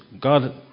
God